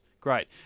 Great